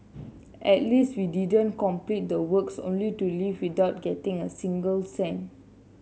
at least we didn't complete the works only to leave without getting a single cent